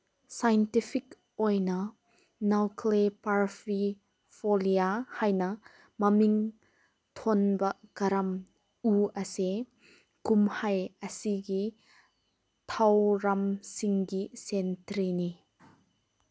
scientific ꯑꯣꯏꯅ ꯅꯥꯎꯈꯂꯦ ꯄꯥꯔꯐꯤ ꯐꯣꯂꯤꯌꯥ ꯍꯥꯏꯅ ꯃꯃꯤꯡ ꯊꯣꯟꯕ ꯀꯔꯝ ꯎ ꯑꯁꯤ ꯀꯨꯝꯍꯩ ꯑꯁꯤꯒꯤ ꯊꯧꯔꯝꯁꯤꯡꯒꯤ ꯁꯦꯟꯇ꯭ꯔꯤꯅꯤ